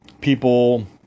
people